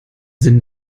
sinn